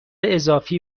اضافی